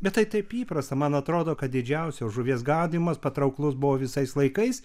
bet tai taip įprasta man atrodo kad didžiausios žuvies gaudymas patrauklus buvo visais laikais